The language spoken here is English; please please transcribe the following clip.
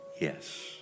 Yes